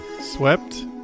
Swept